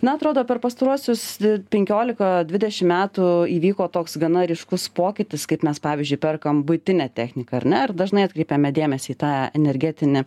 na atrodo per pastaruosius penkiolika dvidešim metų įvyko toks gana ryškus pokytis kaip mes pavyzdžiui perkam buitinę techniką ar ne ar dažnai atkreipiame dėmesį į tą energetinį